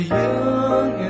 young